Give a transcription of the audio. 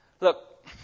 look